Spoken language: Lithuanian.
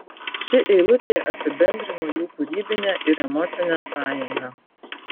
ši eilutė apibendrino jų kūrybinę ir emocinę sąjungą